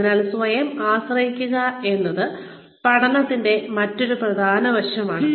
അതിനാൽ സ്വയം ആശ്രയിക്കുക എന്നത് പഠനത്തിന്റെ മറ്റൊരു പ്രധാന വശമാണ്